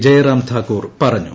ജയ്റാം ധാക്കൂർ പറഞ്ഞു